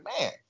man